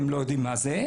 הם לא יודעים מה זה.